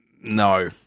No